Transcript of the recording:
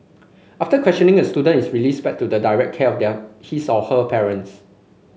after questioning a student is released back to the direct care of their his or her parents